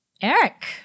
Eric